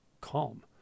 calm